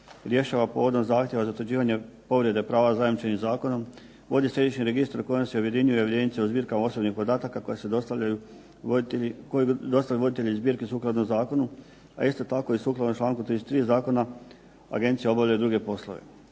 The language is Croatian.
rješava podnos zahtjeva za utvrđivanje povrede prava zajamčenih zakonom, vodi središnje registre kojim se ujedinjuju jedinice u zbirkama osobnih podataka koji dostavljaju voditelji zbirki sukladno zakonu, a isto tako i sukladno članku 33. zakona agencija obavlja druge poslove.